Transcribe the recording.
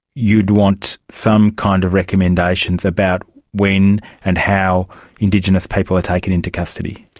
you'd want some kind of recommendations about when and how indigenous people are taken into custody.